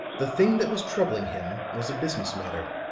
the thing that was troubling him was a business matter.